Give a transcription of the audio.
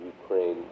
Ukraine